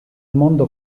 mondo